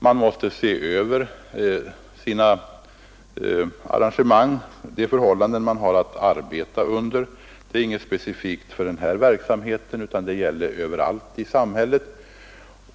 Man måste då se över sina arrangemang, och ta hänsyn till de nya förhållanden man har att arbeta under. Det är ingenting specifikt för denna verksamhet, utan det gäller överallt i samhället.